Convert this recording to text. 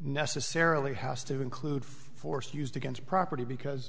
necessarily has to include force used against property because